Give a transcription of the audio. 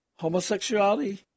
Homosexuality